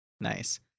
Nice